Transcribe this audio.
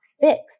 fixed